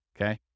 Okay